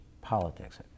politics